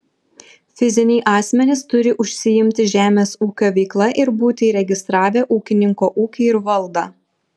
fiziniai asmenys turi užsiimti žemės ūkio veikla ir būti įregistravę ūkininko ūkį ir valdą